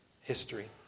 history